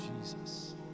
Jesus